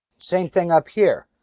same thing up here.